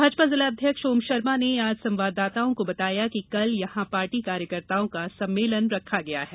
भाजपा जिलाध्यक्ष ओम शर्मा ने आज संवाददाताओं को बताया कि कल यहां पार्टी कार्यकर्ताओं का सम्मेलन रखा गया है